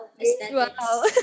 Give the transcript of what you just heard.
Wow